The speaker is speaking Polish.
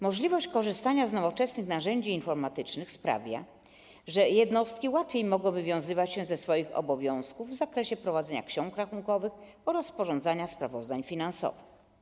Możliwość korzystania z nowoczesnych narzędzi informatycznych sprawia, że jednostki łatwiej mogą wywiązywać się ze swoich obowiązków w zakresie prowadzenia ksiąg rachunkowych oraz sporządzania sprawozdań finansowych.